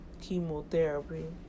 chemotherapy